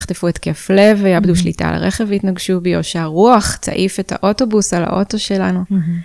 חטפו את התקף לב ויעבדו שליטה על הרכב ויתנגשו בי או שהרוח תעיף את האוטובוס על האוטו שלנו.